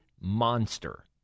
monster